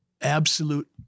absolute